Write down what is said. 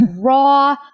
raw